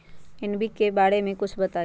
NPK बारे म कुछ बताई?